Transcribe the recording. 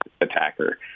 attacker